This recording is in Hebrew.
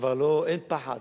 אין פחד,